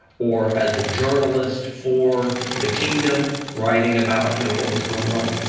or as a journalist for the kingdom, writing about you know what was going on.